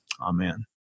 Amen